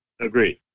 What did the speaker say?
Agreed